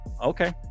Okay